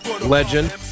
legend